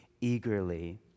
eagerly